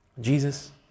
Jesus